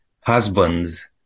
husbands